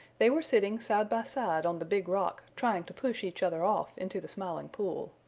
they were sitting side by side on the big rock trying to push each other off into the smiling pool.